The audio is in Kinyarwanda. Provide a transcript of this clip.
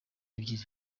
ebyiri